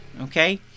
okay